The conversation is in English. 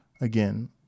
again